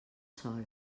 sol